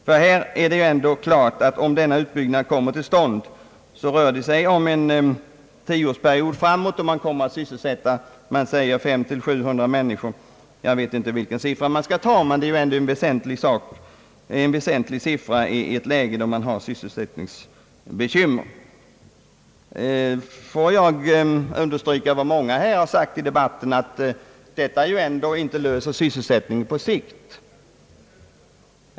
Det är ändå klart att om utbyggnaden kommer till stånd, så rör det sig om en tioårsperiod då man enligt vad det har sagts kommer att sysselsätta 500—700 människor. Jag vet inte vilken siffra man skall lita till, men det är ändå ett väsentligt antal i ett läge med sysselsättningsbekymmer. Får jag ändock understryka vad många sagt i denna debatt, nämligen att detta ändå inte löser sysselsättningen på sikt.